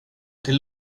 till